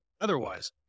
otherwise